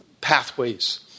pathways